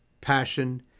passion